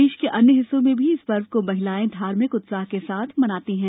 देश के अन्य हिस्सों में भी इस पर्व को महिलाएं धार्मिक उत्साह के साथ मनाती है